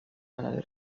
nella